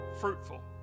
fruitful